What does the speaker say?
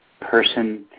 person